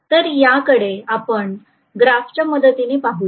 तर या कडे आपण ग्राफच्या मदतीने पाहुयात